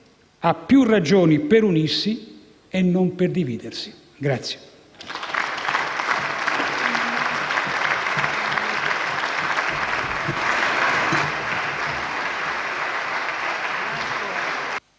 ha più ragioni per unirsi e non per dividersi.